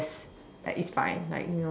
like it's fine like you know